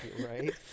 right